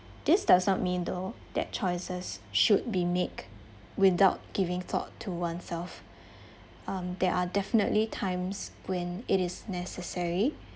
this does not mean though that choices should be make without giving thought to oneself um there are definitely times when it is necessary